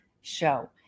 show